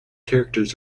characters